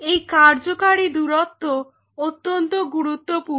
এই কার্যকারী দূরত্ব অত্যন্ত গুরুত্বপূর্ণ